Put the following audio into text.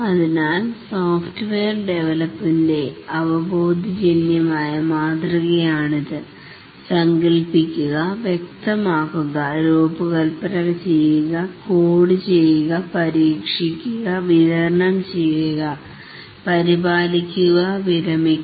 അതിനാൽ സോഫ്റ്റ്വെയർ ഡെവലൊപ്പിന്റെ അവബോധജന്യമായ മാതൃകയാണിത് സങ്കൽപിക്കുക വൃക്തമാകുക രൂപകൽപന ചെയ്യുക കോഡ് ചെയ്യുക പരീക്ഷിക്കുക വിതരണം ചെയ്യുക പരിപാലിക്കുക വിരമിക്കുക